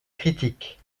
critique